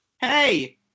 Hey